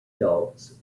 adults